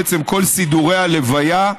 בעצם כל סידורי הלוויה,